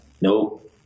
nope